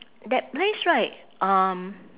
that place right um